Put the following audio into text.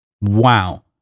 Wow